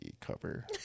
cover